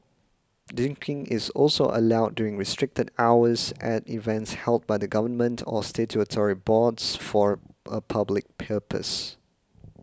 drinking is also allowed during restricted hours at events held by the Government or statutory boards for a a public purpose